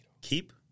keep